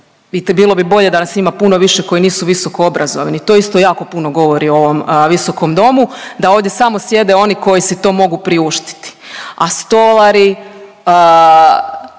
bilo bi bolje da nas ima puno više koji nisu visoko obrazovani to isto jako puno govori o ovom visokom domu, da ovdje samo sjede oni koji si to mogu priuštiti, a stolari,